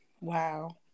wow